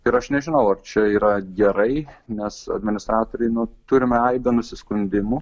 ir aš nežinau ar čia yra gerai nes administratoriai nu turime aibę nusiskundimų